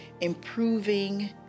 improving